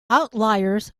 outliers